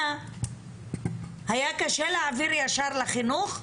היה קשה להעביר ישר לחינוך?